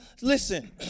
Listen